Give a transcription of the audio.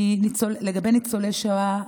לגבי ניצולי שואה,